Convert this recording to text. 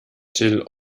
till